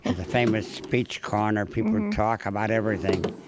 and the famous speech corner, people talk about everything.